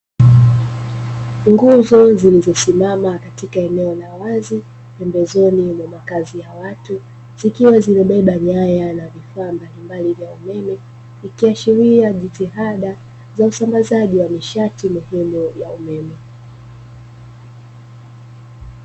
Nguzo zilizosimama katika eneo ka wazi pembezoni mwa makazi ya watu zikiwa zimebeba nyaya na vifaa mbalimbali vya umeme, ikiashiria jitihada za usambazaji wa nishati na miundombinu ya umeme.